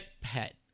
pet